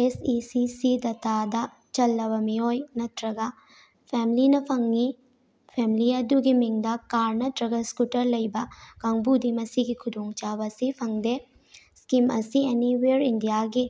ꯑꯦꯁ E C C ꯗꯇꯥꯗ ꯆꯜꯂꯕ ꯃꯤꯑꯣꯏ ꯅꯠꯇ꯭ꯔꯒ ꯐꯦꯃꯤꯂꯤꯅ ꯐꯪꯏ ꯐꯦꯃꯤꯂꯤ ꯑꯗꯨꯒꯤ ꯃꯤꯡꯗ ꯀꯥꯔ ꯅꯠꯇ꯭ꯔꯒ ꯁ꯭ꯀꯨꯇꯔ ꯂꯩꯕ ꯀꯥꯡꯕꯨꯗꯤ ꯃꯤꯁꯤꯒꯤ ꯈꯨꯗꯣꯡꯆꯥꯕ ꯑꯁꯤ ꯐꯪꯗꯦ ꯁ꯭ꯀꯤꯝ ꯑꯁꯤ ꯑꯦꯅꯤꯋꯦꯔ ꯏꯟꯗꯤꯌꯥꯒꯤ